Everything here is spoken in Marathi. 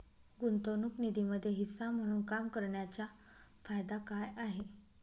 गुंतवणूक निधीमध्ये हिस्सा म्हणून काम करण्याच्या फायदा काय आहे?